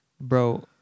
Bro